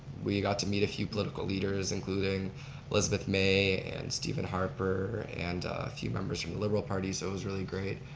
we got to meet a few political leaders including elizabeth may and stephen harper, and a few members from the liberal party. so it was really great.